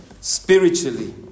Spiritually